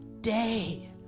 day